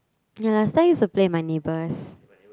ya last time I used to play with my neighbours